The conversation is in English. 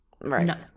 right